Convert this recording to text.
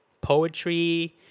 poetry